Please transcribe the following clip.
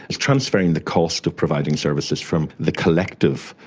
it's transferring the cost of providing services from the collective,